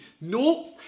no